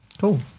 Cool